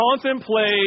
contemplate